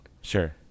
Sure